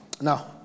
Now